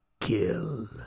Kill